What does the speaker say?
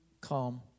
calm